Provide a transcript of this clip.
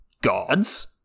Gods